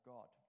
God